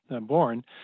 born